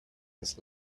this